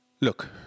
Look